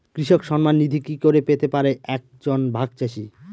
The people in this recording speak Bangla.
কৃষক সন্মান নিধি কি করে পেতে পারে এক জন ভাগ চাষি?